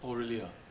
oh really ah